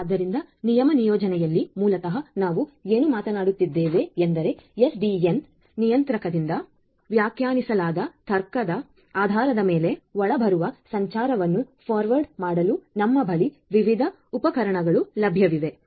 ಆದ್ದರಿಂದ ನಿಯಮ ನಿಯೋಜನೆಯಲ್ಲಿ ಮೂಲತಃ ನಾವು ಏನು ಮಾತನಾಡುತ್ತಿದ್ದೇವೆ ಎಂದರೆ SDN ನಿಯಂತ್ರಕದಿಂದ ವ್ಯಾಖ್ಯಾನಿಸಲಾದ ತರ್ಕದ ಆಧಾರದ ಮೇಲೆ ಒಳಬರುವ ಸಂಚಾರವನ್ನು ಫಾರ್ವರ್ಡ್ ಮಾಡಲು ನಮ್ಮ ಬಳಿ ವಿವಿಧ ಉಪಕರಣಗಳು ಲಭ್ಯವಿವೆ